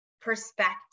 perspective